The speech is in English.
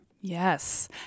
Yes